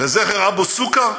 לזכר אבו סוכר?